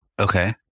Okay